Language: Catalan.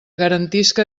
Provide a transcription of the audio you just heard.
garantisca